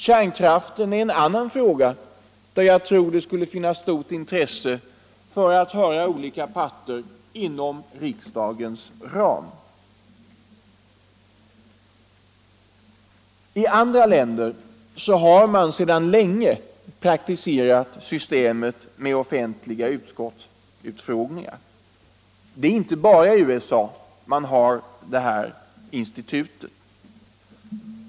Kärnkraften är en annan fråga där jag tror det skulle finnas stort intresse att höra olika parter inom riksdagens ram. I andra länder har man sedan länge praktiserat systemet med offentliga utskottsutfrågningar. Det är inte bara i USA man har det här institutet.